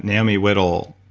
naomi whittel,